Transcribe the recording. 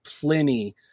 plenty